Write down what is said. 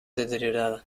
deteriorada